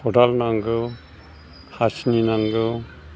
खदाल नांगौ हासिनि नांगौ